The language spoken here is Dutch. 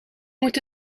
moet